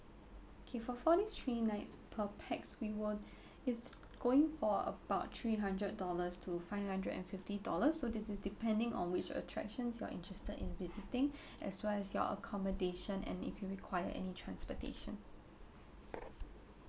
K for four days three nights per pax we will it's going for about three hundred dollars to five hundred and fifty dollar so this is depending on which attractions you're interested in visiting as well as your accommodation and if you require any transportation